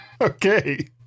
Okay